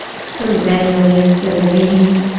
perennially serene,